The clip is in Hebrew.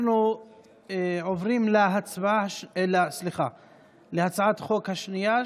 אנחנו עוברים להצעת החוק השנייה,